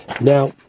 Now